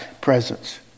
presence